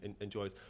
enjoys